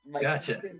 Gotcha